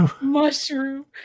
mushroom